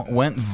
went